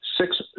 six